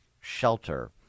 shelter